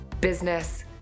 business